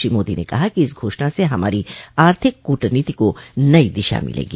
श्री मोदी ने कहा कि इस घोषणा से हमारी आर्थिक कूटनीति को नई दिशा मिलेगी